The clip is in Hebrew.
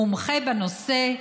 מומחה בנושא,